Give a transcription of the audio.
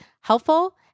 helpful